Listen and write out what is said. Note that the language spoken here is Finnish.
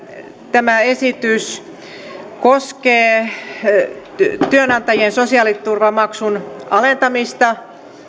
tämä esitys koskee työnantajien sosiaaliturvamaksujen alentamista